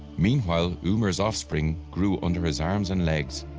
meanwhile ymirs offspring grew under his arms and legs.